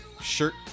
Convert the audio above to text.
shirt